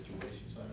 situations